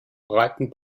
breiten